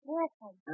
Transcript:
Listen